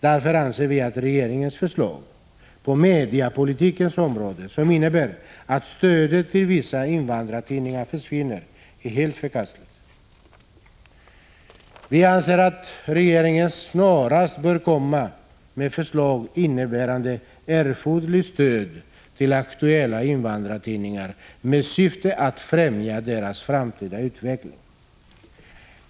Därför anser vi att regeringens förslag på mediapolitikens område — som innebär att stödet till vissa invandrartidningar försvinner — är helt förkastligt. Vi anser att regeringen snarast bör komma med förslag innebärande erforderligt stöd till aktuella invandrartidningar med syfte att främja deras framtida utveckling.